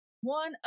one